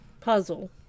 Puzzle